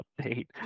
update